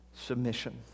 submission